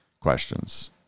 questions